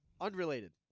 Unrelated